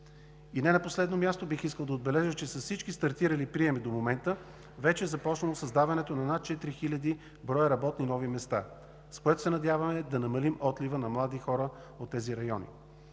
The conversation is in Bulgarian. И не на последно място, бих искал да отбележа, че с всички стартирали приеми до момента вече е започнало създаването на над 4000 броя нови работни места, с което се надяваме да намалим отлива на млади хора от тези райони.